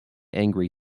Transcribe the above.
angry